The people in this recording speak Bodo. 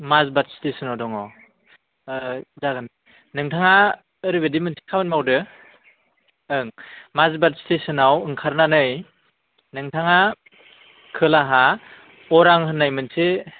माजबात स्टेसनाव दङ जागोन नोंथाङा औरैबायदि मोनसे खामानि मावदो ओं माजबात स्टेसनाव ओंखारनानै नोंथाङा खोलाहा अरां होननाय मोनसे